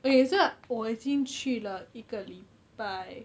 okay so 我已经去了一个礼拜